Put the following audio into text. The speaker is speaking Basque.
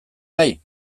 nahi